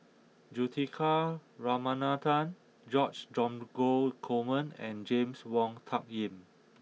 Juthika Ramanathan George Dromgold Coleman and James Wong Tuck Yim